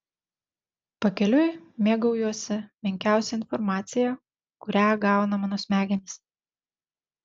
pakeliui mėgaujuosi menkiausia informacija kurią gauna mano smegenys